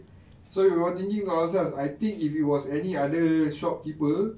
so we were thinking of as I think if it was any other shopkeeper